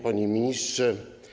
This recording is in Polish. Panie Ministrze!